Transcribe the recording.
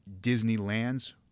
Disneyland's